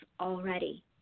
already